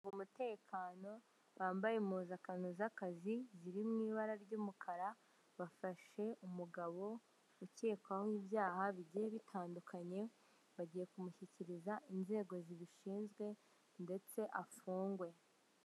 Hari bamutekano bambaye impuzankano z'akazi ziri mu ibara ry'umukara bafashe umugabo ukekwaho ibyaha ,bigiye bitandukanye bagiye kumushyikiriza inzego zibishinzwe ndetse afungwe.